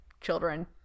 children